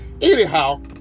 Anyhow